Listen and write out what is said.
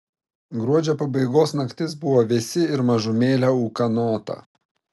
gruodžio pabaigos naktis buvo vėsi ir mažumėlę ūkanota